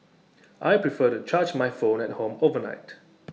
I prefer to charge my phone at home overnight